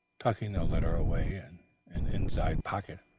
tucking the letter away in an inside pocket.